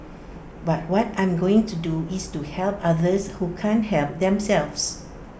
but what I'm going to do is to help others who can't help themselves